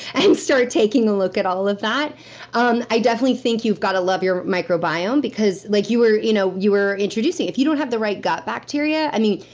and start taking a look at all of that um i definitely think you've gotta love your microbiome, because, like you were you know you were introducing if you don't have the right gut bacteria. i mean,